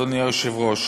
אדוני היושב-ראש,